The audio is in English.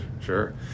Sure